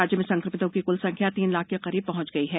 राज्य में संक्रमितों की क्ल संख्या तीन लाख के करीब पहुंच गई है